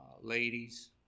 ladies